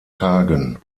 tagen